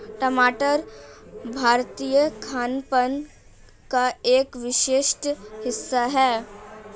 टमाटर भारतीय खानपान का एक विशिष्ट हिस्सा है